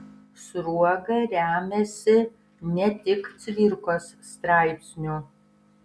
sruoga remiasi ne tik cvirkos straipsniu